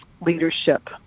leadership